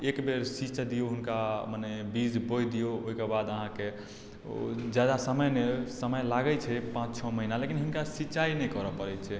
एक बेर सीँच दियौ हुनका मने बीज बोइ दियौ ओइके बाद अहाँके ओ जादा समय नहि समय लागय छै पाँच छओ महीना लेकिन हिनका सिँचाइ नहि करऽ पड़य छै